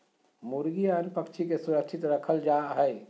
मुर्गी या अन्य पक्षि के सुरक्षित रखल जा हइ